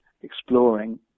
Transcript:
exploring